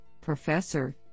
Professor